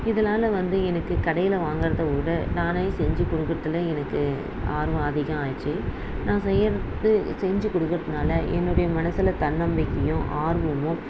இதனால் வந்து எனக்கு கடையில் வாங்கறதை விட நானே செஞ்சு கொடுக்குறதுல எனக்கு ஆர்வம் அதிகம் ஆயிடுச்சு நான் செய்யறது செஞ்சு கொடுக்குறதுனால என்னுடைய மனசில தன்னம்பிக்கையும் ஆர்வமும்